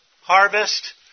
harvest